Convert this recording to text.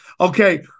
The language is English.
Okay